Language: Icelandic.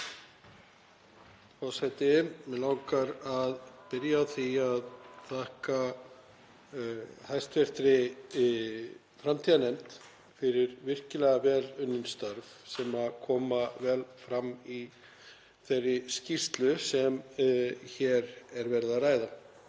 Forseti. Mig langar að byrja á því að þakka hv. framtíðarnefnd fyrir virkilega vel unnin störf sem koma vel fram í þeirri skýrslu sem hér er verið að ræða.